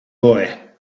boy